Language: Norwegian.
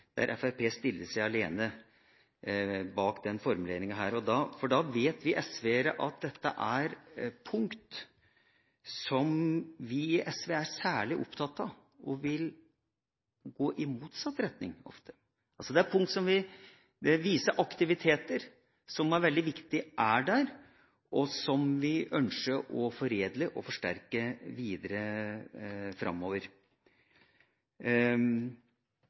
der Fremskrittspartiet står alene bak denne formuleringen. Da vet vi SV-ere at dette er punkter som vi i SV er særlig opptatt av, og som vi ofte vil gå i motsatt retning av. Det er punkter som viser aktiviteter som er veldig viktig at er der, og som vi ønsker å foredle og forsterke videre framover.